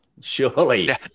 Surely